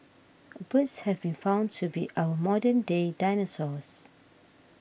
birds have been found to be our modern day dinosaurs